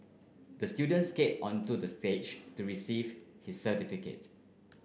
the student skated onto the stage to receive his certificate